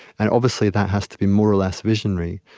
and obviously, that has to be more or less visionary,